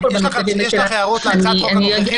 יש לך הערות להצעת החוק הנוכחית?